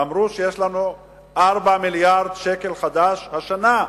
אמרו שיש לנו 4 מיליארדי שקלים חדשים השנה,